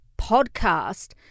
podcast